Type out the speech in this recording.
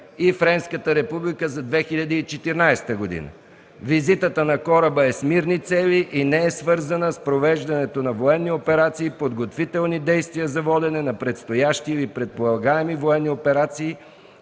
и Френската република за 2014 г. Визитата на кораба е с мирни цели и не е свързана с провеждането на военни операции, подготвителни действия за водене на предстоящи или предполагаеми военни операции,